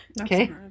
Okay